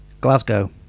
glasgow